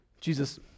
Jesus